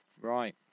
Right